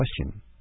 question